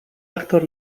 aktor